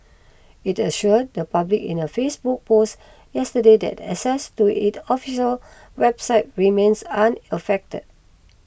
it assured the public in a Facebook post yesterday that access to its official website remains unaffected